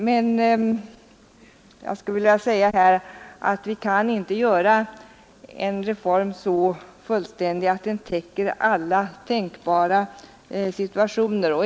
Men vi kan inte göra en reform så fullständig att den täcker alla tänkbara situationer.